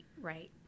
right